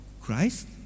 Christ